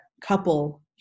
couple